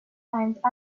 climbed